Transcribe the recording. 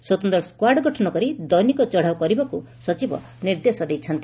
ସ୍ୱତନ୍ତ ସ୍ୱାର୍ଡ ଗଠନ କରି ଦୈନିକ ଚଢାଉ କରିବାକୁ ସଚିବ ନିର୍ଦ୍ଦେଶ ଦେଇଛନ୍ତି